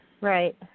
Right